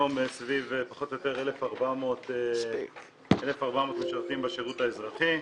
היום סביב פחות או יותר 1,400 משרתים בשירות האזרחי,